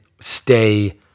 stay